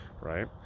right